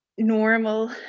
normal